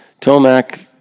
Tomac